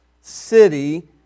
city